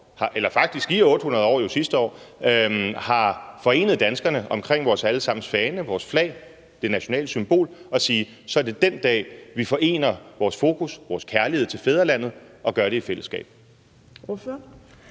der faktisk i 800 år – det var jo sidste år – har forenet danskerne omkring vores alle sammens fane, vores flag, det nationale symbol, og sige, at så er det den dag, vi forener vores fokus på og vores kærlighed til fædrelandet og gør det i fællesskab. Kl.